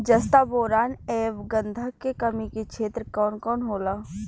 जस्ता बोरान ऐब गंधक के कमी के क्षेत्र कौन कौनहोला?